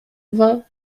vingt